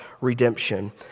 redemption